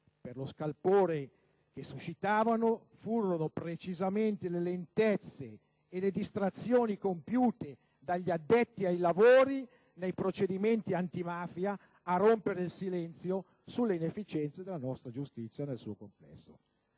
per lo scalpore che suscitavano, furono precisamente le lentezze e le distrazioni compiute dagli addetti ai lavori nei procedimenti antimafia a rompere il silenzio sulle inefficienze della nostra giustizia nel suo complesso.